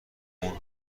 اون